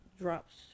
drops